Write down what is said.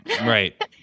right